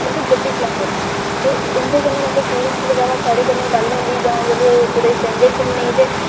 मतलब गड्डी चलांदे ते होंदे कन्नै मतलब टूरिस्ट बगैरा साढ़े कन्नै गल्ल होंदी जां जेह्ड़े कुतै जंदे घूमने ई